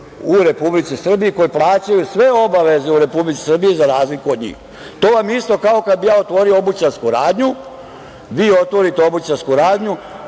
u Republici Srbiji koji plaćaju sve obaveze u Republici Srbiji za razliku od njih. To je isto kao kada bih ja otvorio obućarsku radnju, vi otvorite obućarsku radnju,